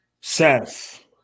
Seth